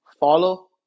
Follow